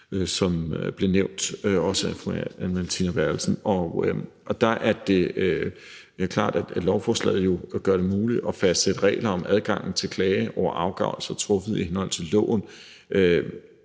også blev nævnt af fru Anne Valentina Berthelsen. Der er det klart, at lovforslaget jo gør det muligt at fastsætte regler om adgangen til at klage over afgørelser truffet i henhold til loven.